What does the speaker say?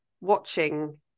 watching